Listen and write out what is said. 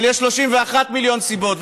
אבל יש 31 מיליון סיבות,